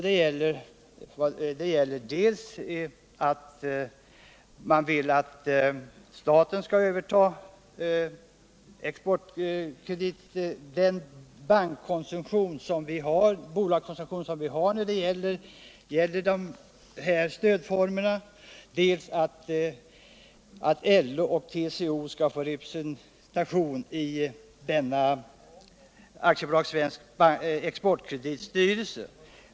Reservanterna vill dels att staten skall överta den bolagskoncession som vi har när det gäller de här stödformerna, dels att LO och TCO skall bli representerade i AB Svensk Exportkredits styrelse.